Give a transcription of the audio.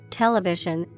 television